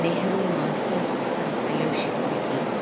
Nehru masters fellowship इति